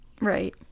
Right